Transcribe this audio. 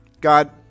God